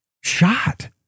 shot